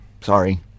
sorry